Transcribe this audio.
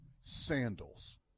sandals